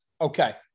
Okay